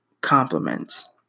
compliments